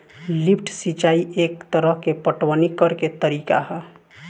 lift सिंचाई एक तरह के पटवनी करेके तरीका ह